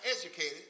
educated